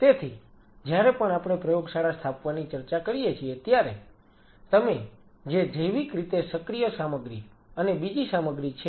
તેથી જ્યારે પણ આપણે પ્રયોગશાળા સ્થાપવાની ચર્ચા કરીએ છીએ ત્યારે તમે જે જૈવિક રીતે સક્રિય સામગ્રી અને બીજી સામગ્રી છે